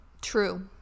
True